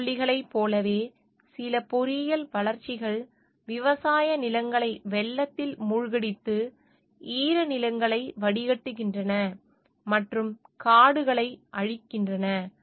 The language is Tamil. பூச்சிக்கொல்லிகளைப் போலவே சில பொறியியல் வளர்ச்சிகள் விவசாய நிலங்களை வெள்ளத்தில் மூழ்கடித்து ஈரநிலங்களை வடிகட்டுகின்றன மற்றும் காடுகளை அழிக்கின்றன